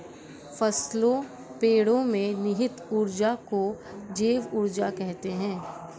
फसलों पेड़ो में निहित ऊर्जा को जैव ऊर्जा कहते हैं